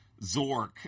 Zork